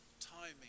timing